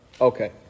Okay